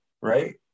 right